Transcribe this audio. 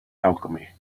alchemy